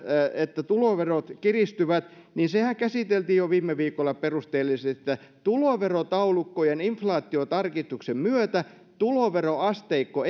että tuloverot kiristyvät niin sehän käsiteltiin jo viime viikolla perusteellisesti että tuloverotaulukkojen inflaatiotarkistuksen myötä tuloveroasteikko